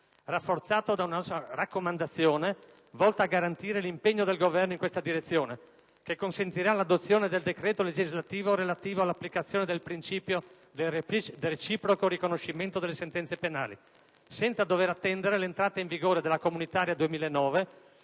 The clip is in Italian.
rafforzato da una raccomandazione volta a garantire l'impegno del Governo in questa direzione, che consentirà l'adozione del decreto legislativo relativo all'applicazione del principio del reciproco riconoscimento delle sentenze penali, senza dover attendere l'entrata in vigore della comunitaria 2009,